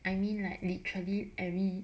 I mean like literally every